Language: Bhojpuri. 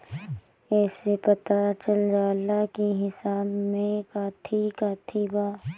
एसे पता चल जाला की हिसाब में काथी काथी बा